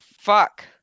fuck